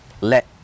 Let